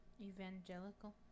Evangelical